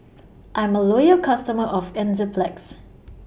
I'm A Loyal customer of Enzyplex